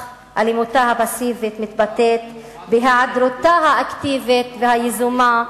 אך אלימותה הפסיבית מתבטאת בהיעדרותה האקטיבית והיזומה,